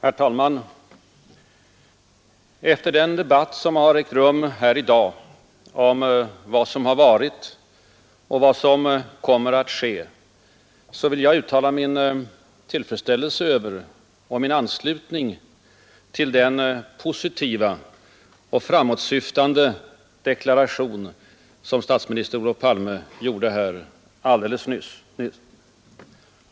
Herr talman! Efter den debatt som ägt rum här i dag om vad som har varit och vad som kommer att hända vill jag uttala min tillfred över och min anslutning till den positiva och framåtsyftande deklaration som statsminister Olof Palme gjorde här nyss.